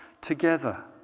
together